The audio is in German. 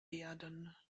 werden